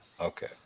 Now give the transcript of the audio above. okay